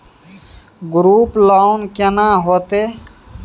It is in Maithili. ग्रुप लोन केना होतै?